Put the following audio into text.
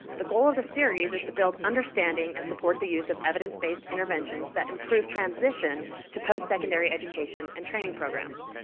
the goal of the series is to build understanding and support the use of evidence-based interventions that improve transition to postsecondary education and training programs.